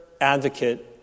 advocate